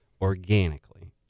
organically